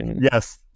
Yes